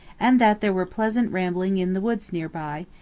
and that there were pleasant ramblings in the woods nearby,